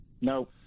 No